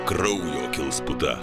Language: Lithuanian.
kraujo kils puta